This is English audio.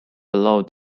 below